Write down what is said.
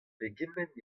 pegement